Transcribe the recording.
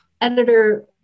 editor